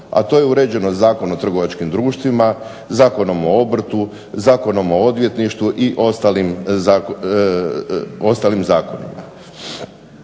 A to je uređeno Zakonom o trgovačkim društvima, Zakonom o obrtu, Zakonom o odvjetništvu i ostalim zakonima.